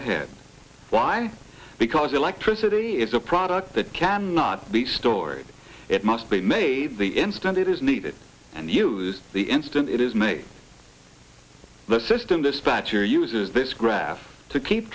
ahead why because electricity is a product that cannot be stored it must be made the instant it is needed and used the instant it is made the system dispatcher uses this graph to keep